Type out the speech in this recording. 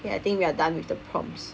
okay I think we are done with the prompts